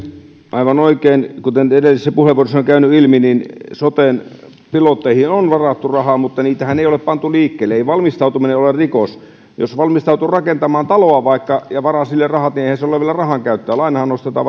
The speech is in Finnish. aivan oikein kuten edellisissä puheenvuoroissa on käynyt ilmi soten pilotteihin on varattu rahaa mutta niitähän ei ole pantu liikkeelle ei valmistautuminen ole rikos jos valmistautuu vaikka rakentamaan taloa ja varaa sille rahat niin eihän se ole vielä rahankäyttöä vaan lainahan nostetaan